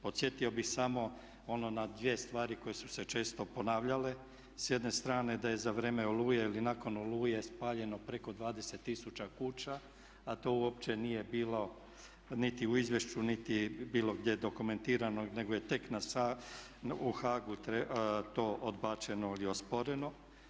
Podsjetio bih samo ono na dvije stvari koje su se često ponavljale, s jedne strane da je za vrijeme "Oluje" ili nakon "Oluje" spaljeno preko 20 tisuća kuća a to uopće nije bilo niti u izvješću niti bilo gdje dokumentirano nego je tek u Hagu to odbačeno ili osporeno.